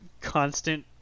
constant